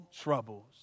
troubles